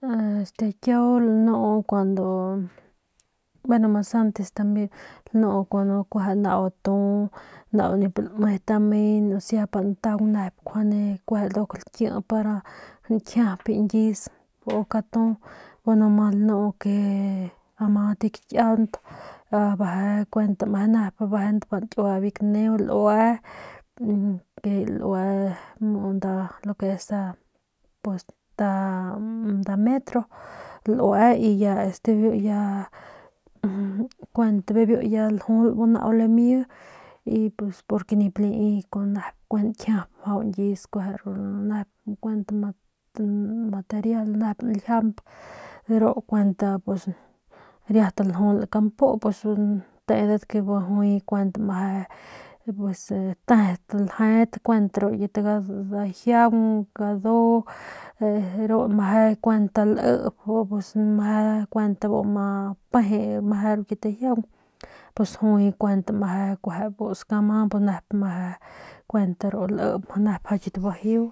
Bueno kia lanu kuando bno mas antes lnu kuando nau atu nau nip lme tamin osea pa ntan nep kueje lkie para nkijiap nyis bu uk atu bu no ma lnu ke ama bi kiant abeje mje nep para nkiue bi kneu lue mu lo ke es nda pus nda metro y ya este ya kuent biu ljul bu nau limie y pues xk nip lii con nep kueje nkiap nyius kuent material nep ljiamp deru kuenta pues riat ljul kampu pus teeda gua jui tet ljet ru kit ijian gadu ru mje kuent lep kuent ama peje ru kit ijiang pus jui mu kuent busk ama mje kuent ru lep mje nep kit bajeu